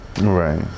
Right